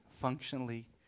functionally